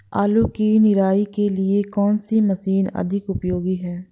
आलू की निराई के लिए कौन सी मशीन अधिक उपयोगी है?